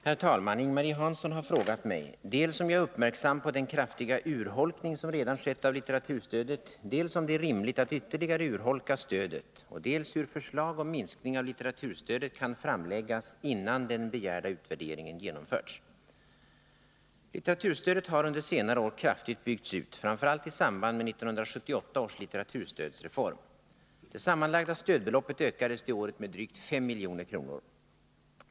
Herr talman! Ing-Marie Hansson har frågat mig dels om jag är uppmärksam på den kraftiga urholkning som redan skett av litteraturstödet, dels om det är rimligt att ytterligare urholka stödet och dels hur förslag om minskning av litteraturstödet kan framläggas före det att den begärda utvärderingen genomförts. Litteraturstödet har under senare år kraftigt byggts ut, framför allt i samband med 1978 års litteraturstödsreform. Det sammanlagda stödbeloppet ökades det året med drygt 5 milj.kr.